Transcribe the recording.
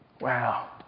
Wow